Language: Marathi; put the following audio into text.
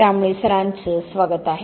त्यामुळे सरांचे स्वागत आहे